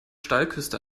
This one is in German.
steilküste